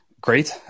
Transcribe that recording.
Great